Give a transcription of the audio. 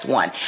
one